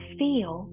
feel